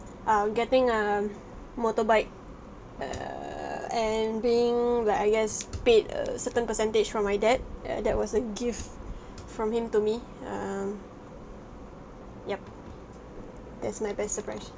um getting a motorbike err and being like I guess paid a certain percentage from my dad uh that was a gift from him to me um ya that's my best surprise